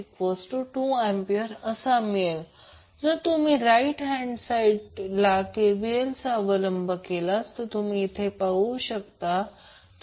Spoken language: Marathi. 5I0I02A आता तुम्ही राइट हँड साइड KVL चा अवलंब करा जे तुम्ही इथे पाहत आहात